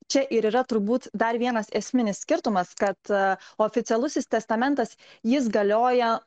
čia ir yra turbūt dar vienas esminis skirtumas kad oficialusis testamentas jis galioja